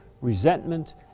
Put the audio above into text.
resentment